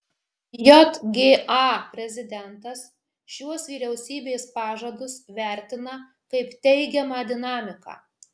jga prezidentas šiuos vyriausybės pažadus vertina kaip teigiamą dinamiką